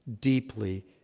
deeply